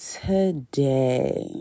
today